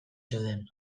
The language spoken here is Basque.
zeuden